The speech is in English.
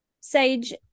Sage